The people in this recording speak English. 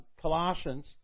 Colossians